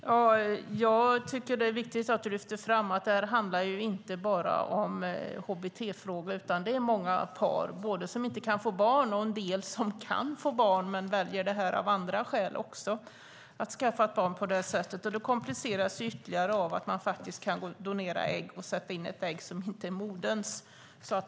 Herr talman! Jag tycker att det är viktigt att Börje Vestlund lyfter fram att detta inte bara handlar om hbt-frågor. Det är många par - både sådana som inte kan få barn och en del som kan få barn men som väljer detta av andra skäl - som skaffar barn på detta sätt. Det kompliceras ytterligare av att man kan donera ägg och sätta in ett ägg som inte är moderns.